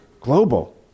global